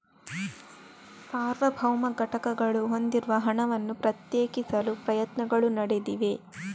ಸಾರ್ವಭೌಮ ಘಟಕಗಳು ಹೊಂದಿರುವ ಹಣವನ್ನು ಪ್ರತ್ಯೇಕಿಸಲು ಪ್ರಯತ್ನಗಳು ನಡೆದಿವೆ